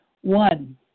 One